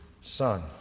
son